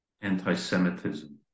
anti-semitism